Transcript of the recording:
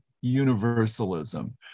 universalism